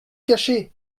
cacher